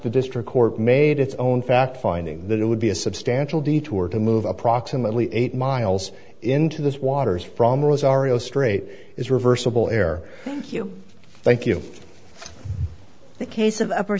the district court made its own fact finding that it would be a substantial detour to move approximately eight miles into the waters from rosario strait is reversible air thank you the case of upper